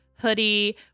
hoodie